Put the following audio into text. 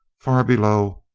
far below,